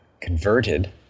converted